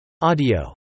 Audio